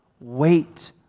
Wait